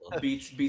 Beats